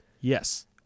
Yes